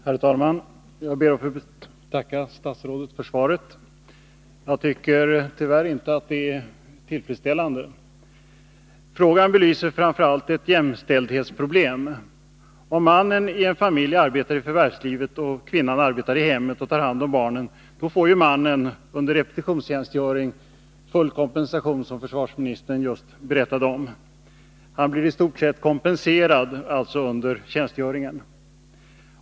Herr talman! Jag ber att få tacka statsrådet för svaret på min fråga. Jag tycker tyvärr inte att det är tillfredsställande. Frågan belyser framför allt ett jämställdhetsproblem. Om mannen i en familj arbetar i förvärvslivet och kvinnan arbetar i hemmet och tar hand om barnen, får mannen under repetitionstjänstgöring full kompensation, som försvarsministern berättade om. Han blir alltså i stort sett kompenserad under tjänstgöringen.